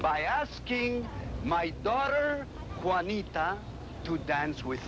by asking my daughter juanita to dance with